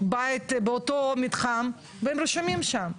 בית באותו מתחם והם רשומים שם,